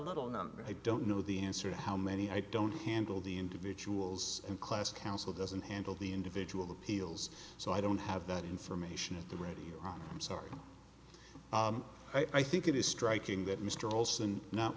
little i don't know the answer to how many i don't handle the individuals in class council doesn't handle the individual appeals so i don't have that information at the rate i'm sorry i think it is striking that mr olson not